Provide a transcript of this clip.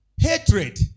Hatred